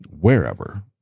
wherever